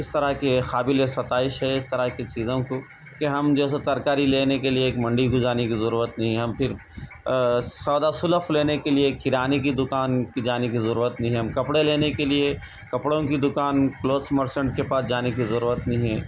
اس طرح کے قابل ستائش ہے اس طرح کی چیزوں کو کہ ہم جو ہے سو ترکاری لینے کے لیے ایک منڈی کو جانے کی ضرورت نہیں ہے ہم پھر سودا سلف لینے کے لیے کرانے کی دوکان کی جانےکی ضرورت نہیں ہے ہم کپڑے لینے کے لیے کپڑوں کی دوکان کلوتھس مرچینٹ کے پاس جانے کی ضرورت نہیں ہے